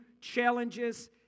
challenges